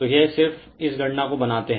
तो यह सिर्फ इस गणना को बनाते हैं